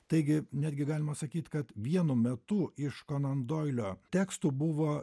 taigi netgi galima sakyti kad vienu metu iš konondoilio tekstų buvo